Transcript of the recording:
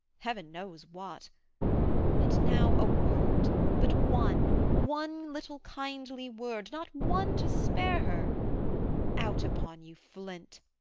heaven knows what and now a word, but one, one little kindly word, not one to spare her out upon you, flint!